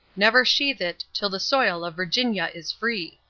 never sheathe it till the soil of virginia is free.